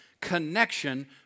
connection